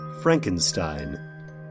Frankenstein